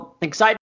excited